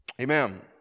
Amen